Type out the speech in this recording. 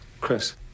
Chris